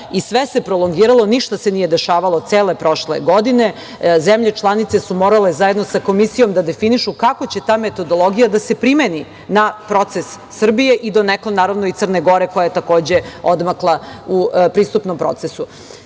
i sve prolongiralo, ništa se nije dešavalo cele prošle godine. Zemlje članice su morale zajedno sa komisijom da definišu kako će ta metodologija da se primeni na proces Srbije i donekle naravno i Crne Gore koja je takođe odmakla u pristupnom procesu. Sve